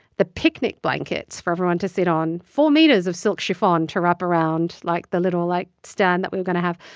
the picnic blankets for everyone to sit on, full meters of silk chiffon to wrap around like the little, like, stand that we were going to have.